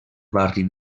barri